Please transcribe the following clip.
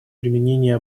применения